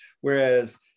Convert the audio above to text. Whereas